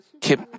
keep